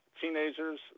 teenagers